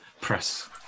press